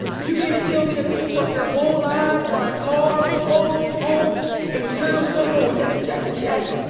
you mean to tell me that people worked their whole lives, buying cars, clothes, homes and material stuff but were living check to check?